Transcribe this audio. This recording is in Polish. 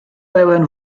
pełen